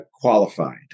qualified